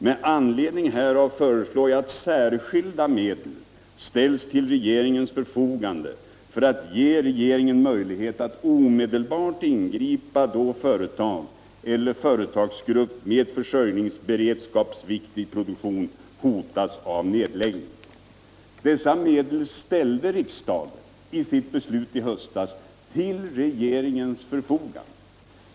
Med anledning härav föreslår jag att särskilda medel ställs till regeringens förfogande för att ge regeringen möjlighet att omedelbart ingripa då företag eller företagsgrupp med försörjningsberedskapsviktig produktion hotas av nedläggning. Dessa medel ställde riksdagen i sitt beslut i höstas till regeringens förfogande.